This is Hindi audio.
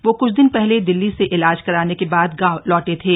वो क्छ दिन पहले दिल्ली से इलाज कराने के बाद गांव लौटे थे